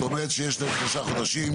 זאת אומרת, יש להם שלושה חודשים.